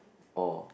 or